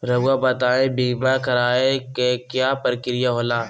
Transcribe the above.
रहुआ बताइं बीमा कराए के क्या प्रक्रिया होला?